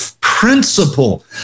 principle